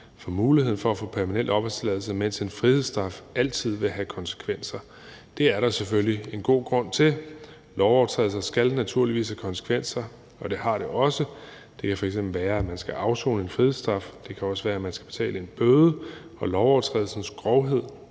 for muligheden for at få permanent opholdstilladelse, mens en frihedsstraf altid vil have konsekvenser. Det er der selvfølgelig en god grund til. Lovovertrædelser skal naturligvis have konsekvenser, og det har de også. Det kan f.eks. være, at man skal afsone en frihedsstraf. Det kan også være, at man skal betale en bøde. Lovovertrædelsens grovhed